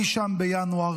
אי שם בינואר,